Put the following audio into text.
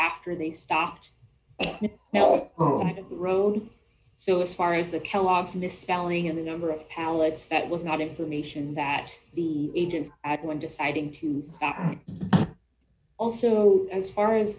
after they stopped rhone so as far as the kellogg's misspelling of the number of pallets that was not information that the agents at one deciding tunes also as far as